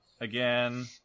again